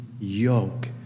yoke